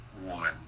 woman